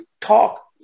talk